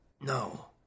No